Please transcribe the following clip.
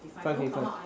five fifty five